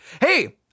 Hey